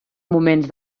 moments